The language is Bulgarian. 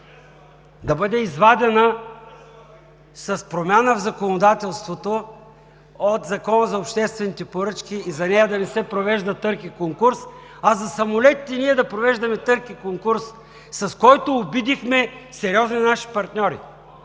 да бъде извадена с промяна в законодателството от Закона за обществените поръчки и за нея да не се провежда търг и конкурс, а за самолетите ние да провеждаме търг и конкурс, с който обидихме сериозни наши партньори?